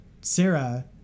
Sarah